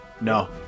No